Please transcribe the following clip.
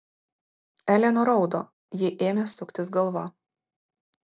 elė nuraudo jai ėmė suktis galva